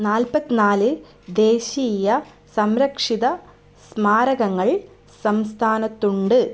നാൽപ്പത്തി നാല് ദേശീയ സംരക്ഷിത സ്മാരകങ്ങൾ സംസ്ഥാനത്തുണ്ട്